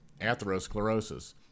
atherosclerosis